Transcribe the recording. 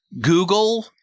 Google